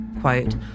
quote